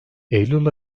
eylül